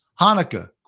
Hanukkah